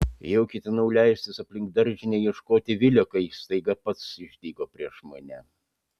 jau ketinau leistis aplink daržinę ieškoti vilio kai staiga pats išdygo prieš mane